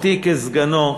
אותי כסגנו.